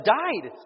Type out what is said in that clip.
died